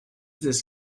this